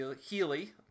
Healy